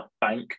bank